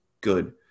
good